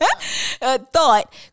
thought